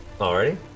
Already